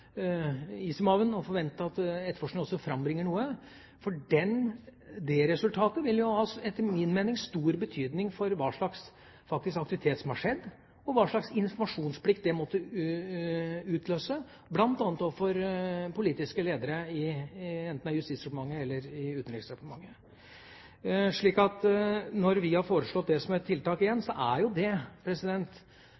og forvente at etterforskningen også frambringer noe. For det resultatet vil ha stor betydning for hva slags aktivitet som har skjedd, og hva slags informasjonsplikt det måtte utløse, bl.a. overfor politiske ledere, enten det er i Justisdepartementet eller i Utenriksdepartementet. Når vi har foreslått det som et tiltak